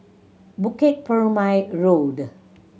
Bukit Purmei Road